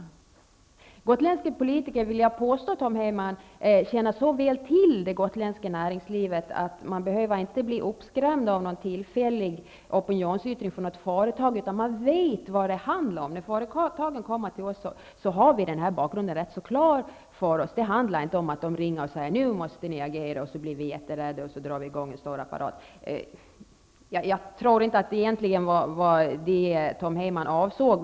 Jag vill påstå, Tom Heyman, att gotländska politiker känner så väl till det gotländska näringslivet att de inte behöver bli uppskrämda av någon tillfällig opinionsyttring från något företag. Man vet vad det handlar om. När företagen kommer till oss har vi bakgrunden ganska klar för oss. Det är inte fråga om att de ringer och säger att nu måste ni agera, och då blir vi mycket rädda och drar i gång en stor apparat. Jag tror egentligen inte att det var detta Tom Heyman avsåg.